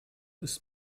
ist